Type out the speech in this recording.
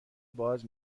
باز